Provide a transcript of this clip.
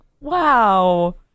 Wow